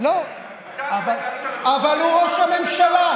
איזה התעוררות?